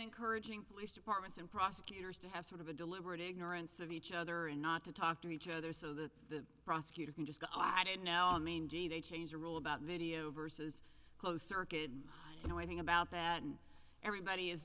encouraging departments and prosecutors to have sort of a deliberate ignorance of each other and not to talk to each other so that the prosecutor can just caught it now i mean gee they changed the rule about video versus closed circuit you know anything about that and everybody is